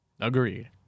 Agreed